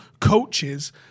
coaches